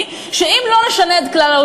כי הונחו היום על שולחן הכנסת,